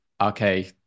okay